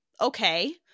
okay